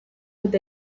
with